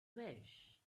wish